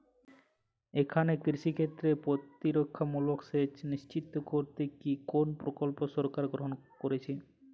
এখানে কৃষিক্ষেত্রে প্রতিরক্ষামূলক সেচ নিশ্চিত করতে কি কোনো প্রকল্প সরকার গ্রহন করেছে?